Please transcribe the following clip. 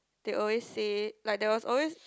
they always say like there was always